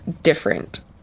different